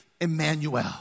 Emmanuel